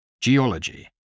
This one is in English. geology